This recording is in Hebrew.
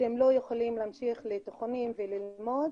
שהן לא יכולות להמשיך לתיכוניים וללמוד,